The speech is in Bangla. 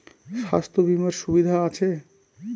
স্বাস্থ্য বিমার সুবিধা আছে?